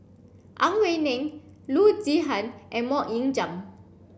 Ang Wei Neng Loo Zihan and Mok Ying Jang